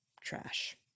Trash